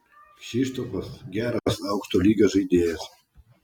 kšištofas geras aukšto lygio žaidėjas